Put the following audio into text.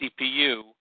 CPU